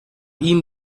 ihm